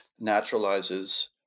naturalizes